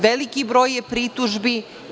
Veliki je broj pritužbi.